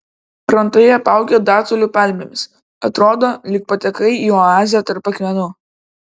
krantai apaugę datulių palmėmis atrodo lyg patekai į oazę tarp akmenų